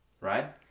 Right